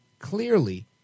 Clearly